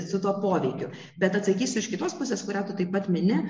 su tuo poveikiu bet atsakysiu iš kitos pusės kurią tu taip pat mini